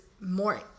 more